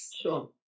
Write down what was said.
sure